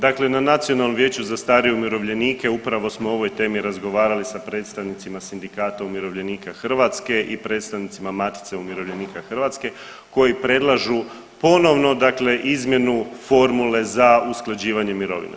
Dakle na nacionalnom vijeću za starije umirovljenike upravo smo o ovoj temi razgovarali sa predstavnicima Sindikata umirovljenika Hrvatske i predstavnicima Matice umirovljenika Hrvatske koji predlažu ponovno dakle izmjenu formule za usklađivanje mirovina.